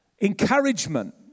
encouragement